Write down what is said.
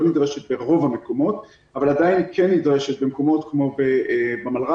נדרשת ברוב המקומות אבל עדיין כן נדרשת במקומות כמו במלר"דים,